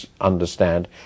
understand